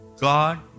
God